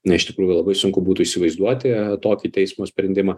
ne iš tikrųjų labai sunku būtų įsivaizduoti tokį teismo sprendimą